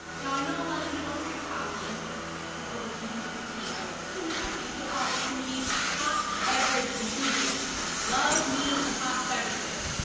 now i know a lot of you don't drink coffee or overseas to drink tea. i love tea. i'm an equal-opportunity hot beverage enthusiast. love me some hot beverages.